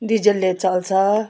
डिजेलले चल्छ